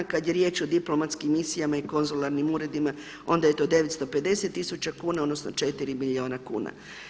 Kad je riječ o diplomatskim misijama i konzularnim uredima onda je to 950 tisuća kuna, odnosno 4 milijuna kuna.